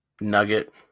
nugget